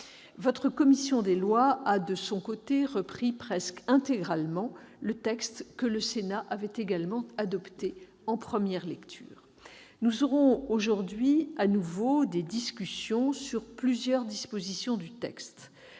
Votre commission des lois a, de son côté, repris presque intégralement le texte que le Sénat avait également adopté en première lecture. Aujourd'hui, nous aurons à nouveau des discussions sur plusieurs dispositions du texte.